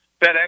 FedEx